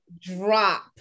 drop